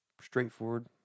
straightforward